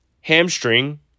Hamstring